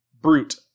Brute